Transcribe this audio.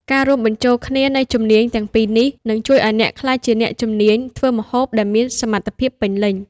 ការរួមបញ្ចូលគ្នានៃជំនាញទាំងពីរនេះ នឹងជួយឱ្យអ្នកក្លាយជាអ្នកជំនាញធ្វើម្ហូបដែលមានសមត្ថភាពពេញលេញ។